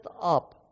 up